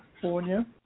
California